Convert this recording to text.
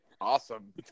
awesome